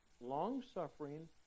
long-suffering